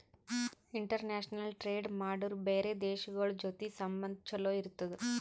international trade ಮಾಡುರ್ ಬ್ಯಾರೆ ದೇಶಗೋಳ್ ಜೊತಿ ಸಂಬಂಧ ಛಲೋ ಇರ್ತುದ್